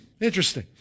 interesting